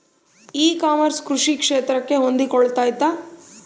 E commerce ಕೃಷಿ ಕ್ಷೇತ್ರಕ್ಕೆ ಹೊಂದಿಕೊಳ್ತೈತಾ?